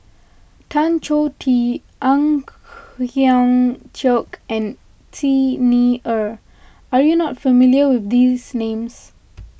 Tan Choh Tee Ang Hiong Chiok and Xi Ni Er are you not familiar with these names